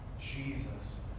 Jesus